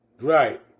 Right